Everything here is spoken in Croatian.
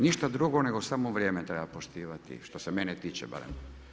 Ništa drugo nego samo vrijeme treba poštivati što se mene tiče barem.